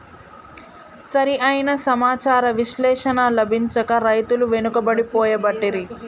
సరి అయిన సమాచార విశ్లేషణ లభించక రైతులు వెనుకబడి పోబట్టిరి